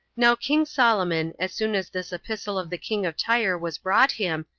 now king solomon, as soon as this epistle of the king of tyre was brought him,